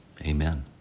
Amen